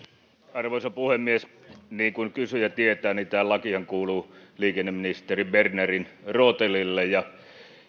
arvoisa puhemies niin kuin kysyjä tietää tämä lakihan kuuluu liikenneministeri bernerin rooteliin ja